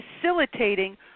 facilitating